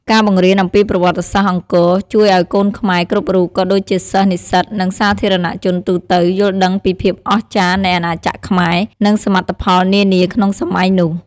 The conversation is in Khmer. ការបង្រៀនអំពីប្រវត្តិសាស្រ្តអង្គរ ជួយឲ្យកូនខ្មែរគ្រប់រូប ក៏ដូចជាសិស្ស និស្សិត និងសាធារណជនទូទៅ យល់ដឹងពីភាពអស្ចារ្យនៃអាណាចក្រខ្មែរ និងសមិទ្ធផលនានាក្នុងសម័យនោះ។